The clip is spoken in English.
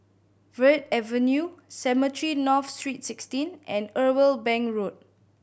Verde Avenue Cemetry North Street Sixteen and Irwell Bank Road